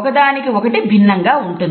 ఒకదానికిఒకటి భిన్నంగా ఉంటుంది